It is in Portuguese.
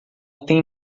tem